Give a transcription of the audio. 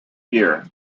year